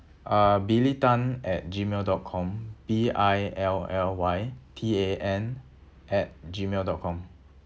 uh billy tan at gmail dot com B I L L Y T A N at gmail dot com